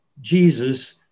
Jesus